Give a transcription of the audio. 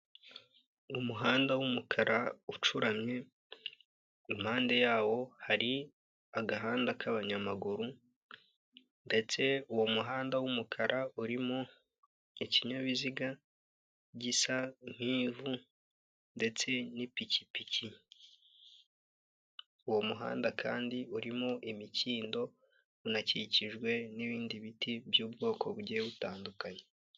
Umuhanda w'umukara ucuramye impande yawo hari agahanda k'abanyamaguru ndetse uwo muhanda w'umukara urimo ikinyabiziga gisa nk'ivu ndetse n'ipikipiki uwo muhanda kandi urimo imikindo unakikijwe n'ibindi biti by'ubwoko bugiye butandukanye.